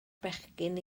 bechgyn